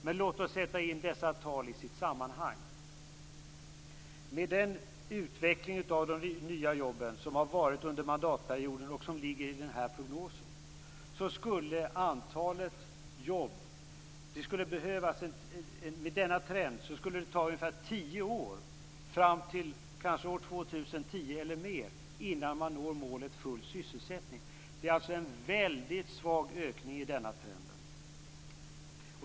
Men låt oss sätta in dessa tal i sitt sammanhang. Med den utveckling av nya jobb som har varit under mandatperioden och som ligger i prognosen, skulle det ta ungefär tio år, fram till år 2010 eller mer, innan man når målet full sysselsättning. Det är en väldigt svag ökning i trenden.